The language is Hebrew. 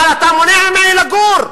אבל אתה מונע ממני לגור.